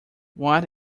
what